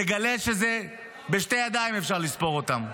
תגלה שבשתי ידיים אפשר לספור אותם.